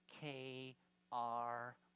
K-R